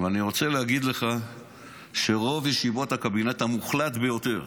ואני רוצה להגיד לך שרוב המוחלט ביותר